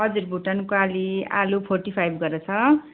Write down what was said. हजुर भुटानको आलु आलु फोर्टी फाइभ गरेर छ